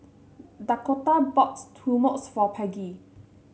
Dakotah bought for Peggy